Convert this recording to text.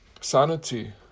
sanity